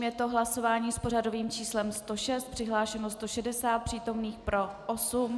Je to hlasování s pořadovým číslem 106, přihlášeno 160 přítomných, pro 8.